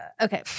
Okay